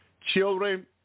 Children